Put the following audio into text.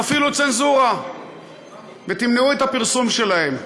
תפעילו צנזורה ותמנעו את הפרסום שלהם,